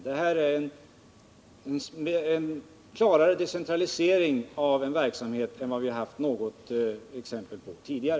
Det är en klarare decentralisering av en verksamhet än vad vi haft något exempel på tidigare.